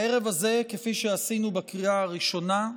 הערב הזה, כפי שעשינו בקריאה הראשונה,